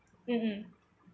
mm mm